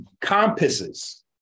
compasses